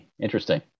interesting